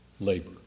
labor